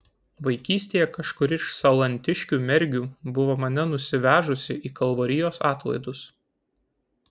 vaikystėje kažkuri iš salantiškių mergių buvo mane nusivežusi į kalvarijos atlaidus